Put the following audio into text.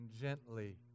gently